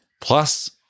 plus